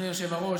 אדוני היושב-ראש,